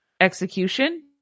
execution